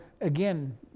again